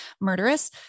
murderous